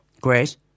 Great